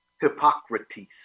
Hippocrates